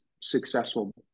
successful